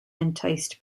enticed